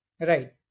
Right